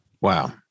Wow